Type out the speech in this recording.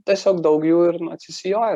tiesiog daug jų ir atsisijoja